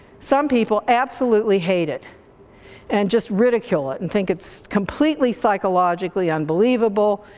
some people absolutely hate it and just ridicule it and think it's completely psychologically unbelievable,